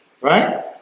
Right